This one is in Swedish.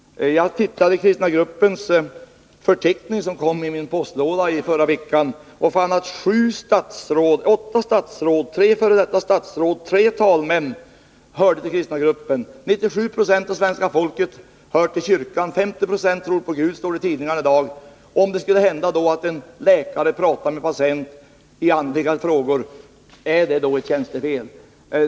Jag tittade i kristna gruppens förteckning, som kom i min postlåda i förra veckan, och fann att åtta statsråd, tre f. d. statsråd och tre talmän hörde till kristna gruppen. 97 26 av svenska folket hör till kyrkan, 50 26 tror på Gud, står det i tidningarna i dag. Om det skulle hända att en läkare pratar med en patient om andliga frågor, är det då ett tjänstefel?